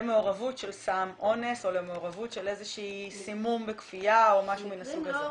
למעורבות של סם אונס או איזשהו סימום בכפייה או משהו מן הסוג הזה?